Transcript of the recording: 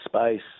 space